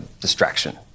distraction